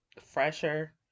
fresher